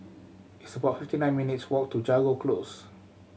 it's about fifty nine minutes' walk to Jago Close